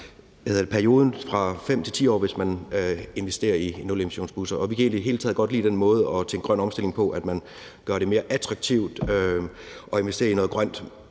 fra 5 til 10 år, hvis man investerer i nulemissionsbusser. Vi kan i det hele taget godt lide den måde at tænke grøn omstilling på, hvor man gør det mere attraktivt at investere i noget grønt,